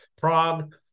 Prague